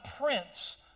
prince